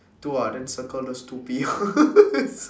two ah then circle those two piyos